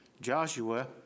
Joshua